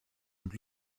und